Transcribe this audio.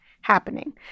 happening